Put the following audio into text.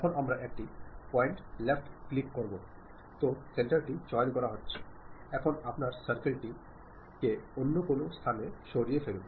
അതിനാൽ നമ്മൾ സന്ദേശങ്ങൾ അയയ്ക്കുമ്പോൾ റിസീവറിന്റെ പശ്ചാത്തലവും ചുറ്റുപാടും നമ്മൾ ഉറപ്പാക്കേണ്ടതുണ്ട് കാരണം ആശയവിനിമയത്തിൽ പരിസ്ഥിതി ഒരു പ്രധാന പങ്ക് വഹിക്കുന്നു